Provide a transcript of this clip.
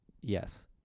yes